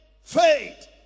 faith